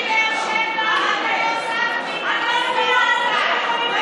אני מבאר שבע, את הנסיעה לכאן.